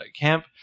Camp